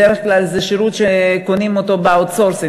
בדרך כלל זה שירות שקונים אותו ב-outsourcing,